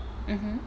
mmhmm